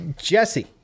Jesse